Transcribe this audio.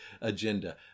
agenda